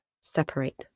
separate